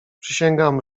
przysięgam